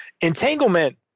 entanglement